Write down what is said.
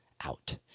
out